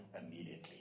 immediately